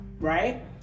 right